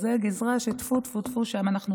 זו גזרה שטפו-טפו-טפו, שם אנחנו